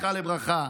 זכרה לברכה,